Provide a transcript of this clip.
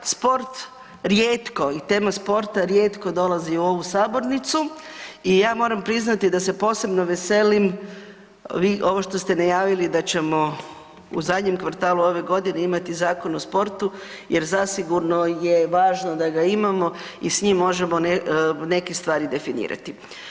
Sport rijetko i tema sporta rijetko dolazi u ovu sabornicu i ja moram priznati da se posebno veselim ovo što ste najavili da ćemo u zadnjem kvartalu ove godine imati Zakon o sportu jer zasigurno je važno da ga imamo i s njim možemo neke stvari definirati.